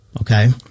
okay